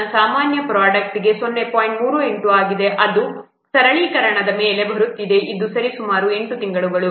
38 ಆಗಿದೆ ಇದು ಸರಳೀಕರಣದ ಮೇಲೆ ಬರುತ್ತಿದೆ ಇದು ಸರಿಸುಮಾರು 8 ತಿಂಗಳುಗಳು